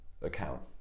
account